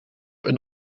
een